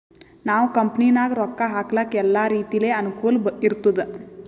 ನಾವ್ ಕಂಪನಿನಾಗ್ ರೊಕ್ಕಾ ಹಾಕ್ಲಕ್ ಎಲ್ಲಾ ರೀತಿಲೆ ಅನುಕೂಲ್ ಇರ್ತುದ್